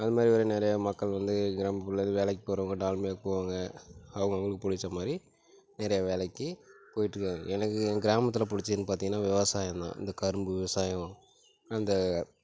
அது மாதிரி வேறு நிறையா மக்கள் வந்து கிராமத்துலேந்து வேலைக்கு போகறவங்க டால்மியாக்கு போவாங்க அவங்கவுகளுக்கு பிடிச்ச மாதிரி நிறையா வேலைக்கு போயிகிட்டு இருக்காங்க எனக்கு எங்க கிராமத்தில் பிடிச்சதுன்னு பார்த்திங்கனா விவசாயம் தான் இந்த கரும்பு விவசாயம் அந்த